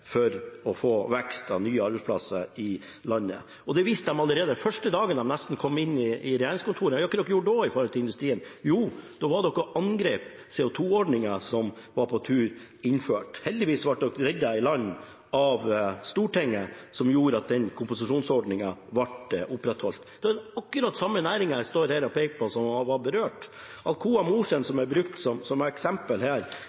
for vekst av nye arbeidsplasser i landet. Det viste de nesten allerede fra første dag i regjeringskontorene. De har ikke gjort noe for industrien. Jo, det var da de angrep CO 2 -ordningen som var på tur til å bli innført. Heldigvis ble regjeringen reddet i land av Stortinget, noe som gjorde at kompensasjonsordningen ble opprettholdt. Det er akkurat den samme næringen jeg står her og peker på, som ble berørt. Alcoa Mosjøen, som er brukt som eksempel her,